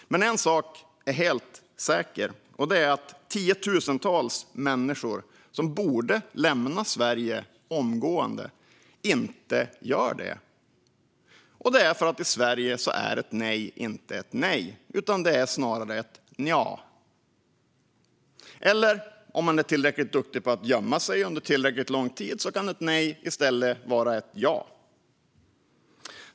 Men en sak är helt säker: Tiotusentals människor som borde lämna Sverige omgående gör inte det. Det är för att i Sverige är ett nej inte ett nej, utan det är snarare ett nja. Eller, om man är tillräckligt duktig på att gömma sig under tillräckligt lång tid, så kan ett nej i stället vara ett ja.